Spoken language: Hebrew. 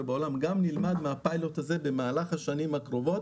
בעולם גם נלמד מהפיילוט הזה במהלך השנים הקרובות